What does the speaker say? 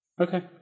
Okay